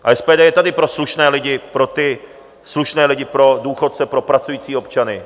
A SPD je tady pro slušné lidi, pro ty slušné lidi, pro důchodce, pro pracující občany.